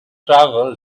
travel